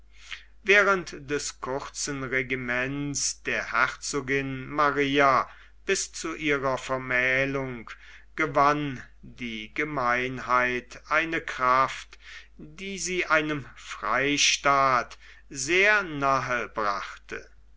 während des kurzen regiments der herzogin maria bis zu ihrer vermählung gewann die gemeinheit eine kraft die sie einem freistaat sehr nahe brachte